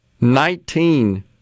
Nineteen